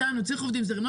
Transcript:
צריך עובדים זרים,